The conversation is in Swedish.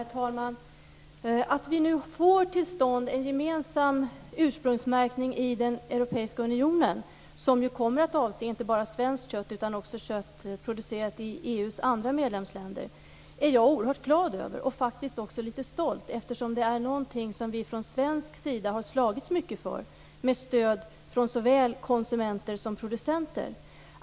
Herr talman! Vi får nu till stånd en gemensam ursprungsmärkning i den europeiska unionen som kommer att avse, inte bara svenskt kött utan också kött producerat i EU:s andra medlemsländer. Det är jag oerhört glad över och faktiskt också litet stolt över eftersom det någonting som vi från svensk sida med stöd från såväl konsumenter som producenter har slagits mycket för.